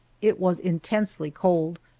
it was intensely cold,